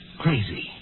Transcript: Crazy